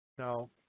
Now